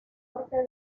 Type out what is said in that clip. norte